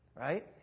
right